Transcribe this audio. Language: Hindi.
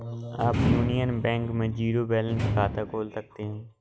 आप यूनियन बैंक में जीरो बैलेंस खाता खोल सकते हैं